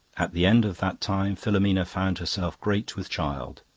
at the end of that time filomena found herself great with child.